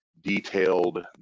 detailed